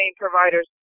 providers